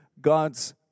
God's